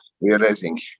realizing